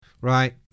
Right